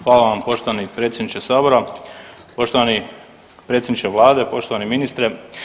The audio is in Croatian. Hvala vam poštovani predsjedniče sabora, poštovani predsjedniče vlade, poštovani ministre.